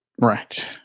Right